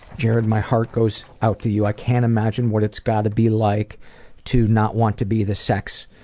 jared, my heart goes out to you. i can't imagine what it's gotta be like to not want to be the sex